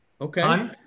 Okay